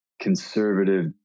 conservative